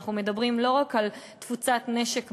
אנחנו מדברים לא רק על תפוצת נשק ברישיון,